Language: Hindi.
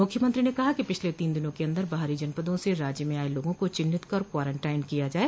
मुख्यमंत्री ने कहा कि पिछले तीन दिनों के अन्दर बाहरी जनपदों से राज्य में आये लोगों को चिन्हित कर कॉरेन्टाइन कराया जाय